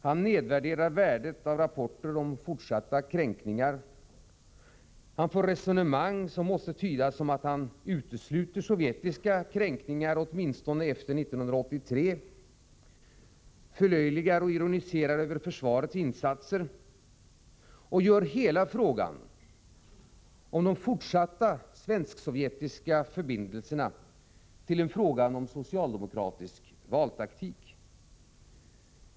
Han nedvärderar värdet av rapporter om fortsatta kränkningar, för resonemang som måste tydas som att han utesluter sovjetiska kränkningar åtminstone efter 1983, förlöjligar och ironiserar över försvarets insatser och gör hela frågan om de fortsatta svensk-sovjetiska förbindelserna till en fråga om socialdemokratisk valtaktik.